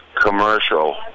commercial